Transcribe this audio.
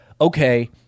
okay